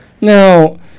Now